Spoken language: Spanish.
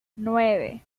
nueve